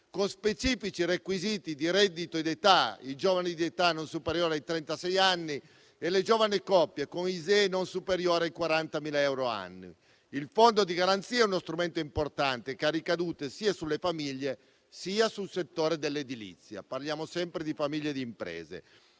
con specifici requisiti di reddito ed età (i giovani di età non superiore ai trentasei anni e le giovani coppie con ISEE non superiore ai 40.000 euro annui). Il fondo di garanzia è uno strumento importante, che ha ricadute sia sulle famiglie, sia sul settore dell’edilizia (parliamo sempre di famiglie e di imprese).